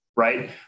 right